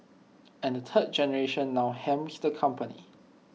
and the third generation now helms the company